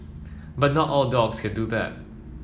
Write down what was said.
but not all dogs can do that